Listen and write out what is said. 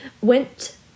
went